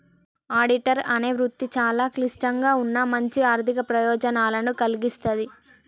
auditor అనే వృత్తి చాలా క్లిష్టంగా ఉన్నా మంచి ఆర్ధిక ప్రయోజనాలను కల్గిస్తాది